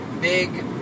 big